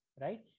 right